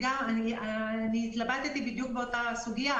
-- התלבטתי באותה סוגיה.